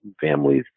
families